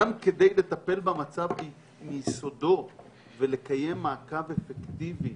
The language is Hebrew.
גם כדי לטפל במצב מיסודו ולקיים מעקב אפקטיבי